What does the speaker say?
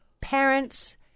parents